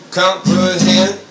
comprehend